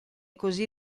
così